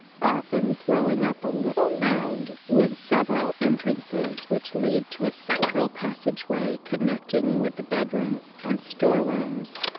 often throwing up a little mound with several entrances which lead to a central passageway connecting with the bedroom and storerooms.